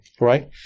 right